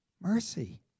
mercy